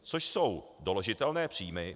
Což jsou doložitelné příjmy.